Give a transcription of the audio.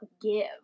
give